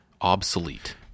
obsolete